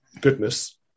goodness